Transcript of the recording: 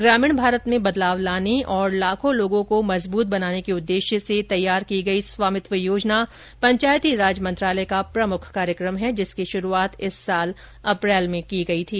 ग्रामीण भारत में बदलाव लाने और लाखों लोगों को सशक्त बनाने के उद्देश्य से तैयार की गई स्वामित्व योजना पंचायती राज मंत्रालय का प्रमुख कार्यक्रम है जिसकी शुरूआत इस वर्ष अप्रैल में की गई थी